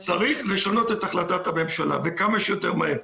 צריך לשנות את החלטת הממשלה וכמה שיותר מהר.